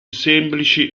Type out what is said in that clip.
semplici